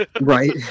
Right